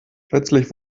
plötzlich